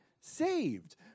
saved